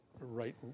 right